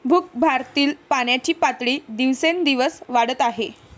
भूगर्भातील पाण्याची पातळी दिवसेंदिवस वाढत आहे